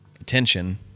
attention